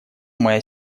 моя